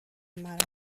معرض